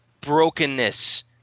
brokenness